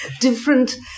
Different